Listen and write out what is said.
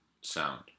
sound